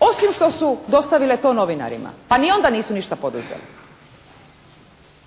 osim što su to dostavile novinarima, pa ni onda nisu ništa poduzele.